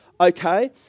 okay